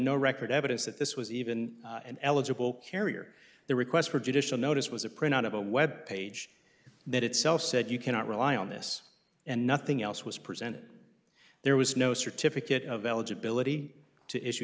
no record evidence that this was even an eligible carrier the request for judicial notice was a printout of a web page that itself said you cannot rely on this and nothing else was present there was no certificate of eligibility to issue